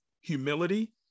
humility